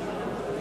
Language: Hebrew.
סעיפים